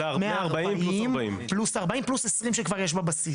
זה 140 פלוס 40. זה 140 פלוס 40 פלוס 20 שיש כבר בבסיס.